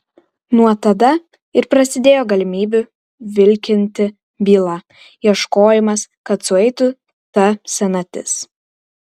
nuo tada ir prasidėjo galimybių vilkinti bylą ieškojimas kad sueitų ta senatis